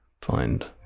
find